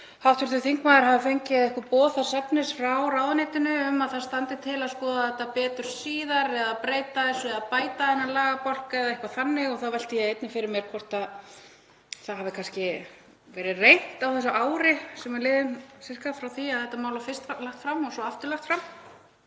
hvort hv. þingmaður hafi fengið einhver boð þess efnis frá ráðuneytinu um að það standi til að skoða þetta betur síðar eða breyta þessu, bæta þennan lagabálk eða eitthvað þannig. Þá velti ég einnig fyrir mér hvort það hafi kannski verið reynt á þessu ári sem er liðið frá því að þetta mál var fyrst lagt fram og svo lagt fram